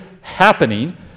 happening